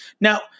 Now